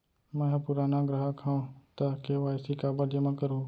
मैं ह पुराना ग्राहक हव त के.वाई.सी काबर जेमा करहुं?